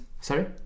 sorry